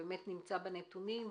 שנמצא בנתונים,